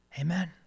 Amen